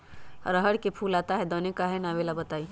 रहर मे फूल आता हैं दने काहे न आबेले बताई?